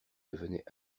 devenait